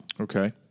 Okay